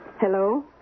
Hello